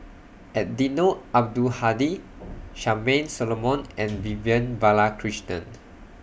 Eddino Abdul Hadi Charmaine Solomon and Vivian Balakrishnan